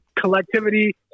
collectivity